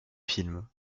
films